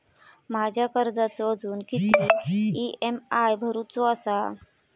माझ्या कर्जाचो अजून किती ई.एम.आय भरूचो असा?